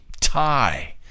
tie